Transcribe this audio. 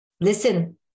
listen